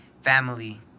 family